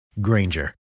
Granger